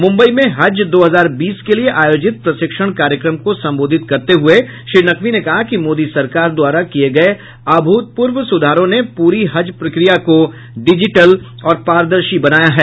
मुंबई में हज दो हजार बीस के लिए आयोजित प्रशिक्षण कार्यक्रम को संबोधित करते हुए श्री नकवी ने कहा कि मोदी सरकार द्वारा किए गए अभूतपूर्व सुधारों ने पूरी हज प्रक्रिया को डिजिटल और पारदर्शी बनाया है